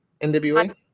NWA